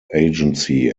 agency